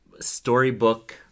storybook